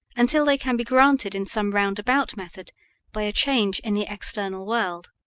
until they can be granted in some roundabout method by a change in the external world.